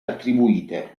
attribuite